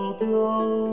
blow